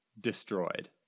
destroyed